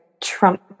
Trump